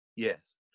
Yes